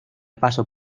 paso